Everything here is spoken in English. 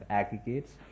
aggregates